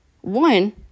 One